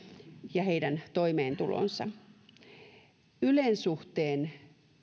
ja heidän toimeentulonsa huomioitaisiin myös ylen suhteen